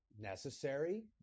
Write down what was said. necessary